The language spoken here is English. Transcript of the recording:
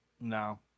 No